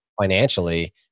financially